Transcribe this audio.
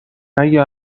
اگه